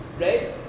right